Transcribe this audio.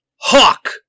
Hawk